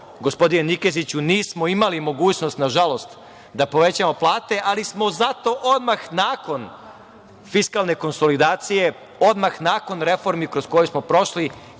gospodine Nikeziću, nismo imali mogućnost, nažalost da povećamo plate, ali smo zato odmah nakon fiskalne konsolidacije, odmah nakon reformi kroz koje smo prošli